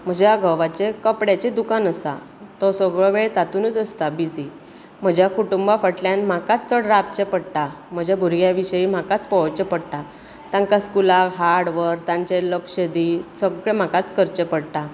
म्हज्या घोवाचें कपड्याचें दुकान आसा तो सगळो वेळ तातुनूच आसता बिजी म्हज्या कटुंबा फाटल्यान म्हाकाच चड राबचें पडटा म्हज्या भुरग्यां विशयी म्हाकाच पळोवचे पडटा तांकां स्कुलाक हाड व्हर तांचेर लक्ष दी सगळें म्हाकाच करचें पडटा